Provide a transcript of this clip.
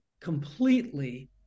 completely